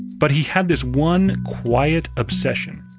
but he had this one quiet obsession,